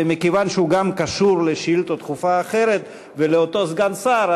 ומכיוון שהוא גם קשור לשאילתה דחופה אחרת ולאותו סגן שר,